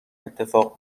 اتفاق